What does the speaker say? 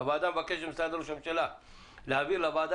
הוועדה מבקשת ממשרד ראש הממשלה להעביר לוועדה